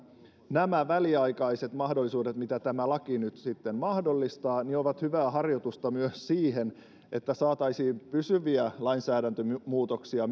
nämä väliaikaiset mahdollisuudet mitä tämä laki nyt sitten mahdollistaa ovat hyvää harjoitusta myös siihen että saataisiin pysyviä lainsäädäntömuutoksia